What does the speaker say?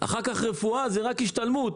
אחר כך רפואה זה רק השתלמות,